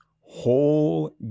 whole